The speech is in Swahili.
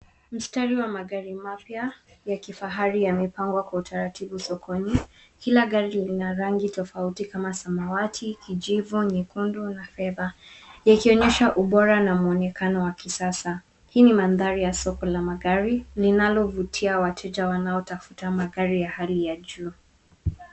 Mstari wa magari mapya ya kifahari yamepangwa kwa utaratibu sokoni. Kila gari lina ranngi tofauti kama samawati, kijivu, nyekundu na fedha, yakionysha ubora na mwonekano wa kisasa. Hii mandhari ya soko la magari linalovutia wateja wanaotafuta magari ya hali ya juu.